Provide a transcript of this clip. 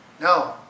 No